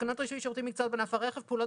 תקנות רישוי שירותים ומקצועות בענף הרכב (פעולות